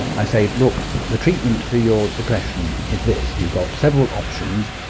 i say, look, the treatment for your depression is this, you've got several options.